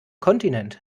kontinent